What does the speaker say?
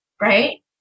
right